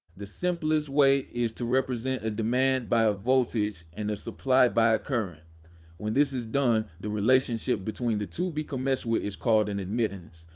the simplest way is to represent a demand by a voltage and a supply by acurrent. when this is done, the relationship between the two becomeswhat is called an admittance,